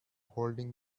holding